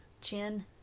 Chin